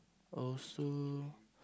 also